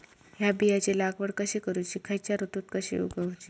हया बियाची लागवड कशी करूची खैयच्य ऋतुत कशी उगउची?